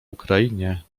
ukrainie